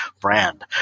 brand